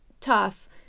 tough